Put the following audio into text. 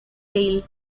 gale